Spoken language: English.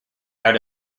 out